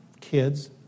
kids